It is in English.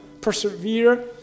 persevere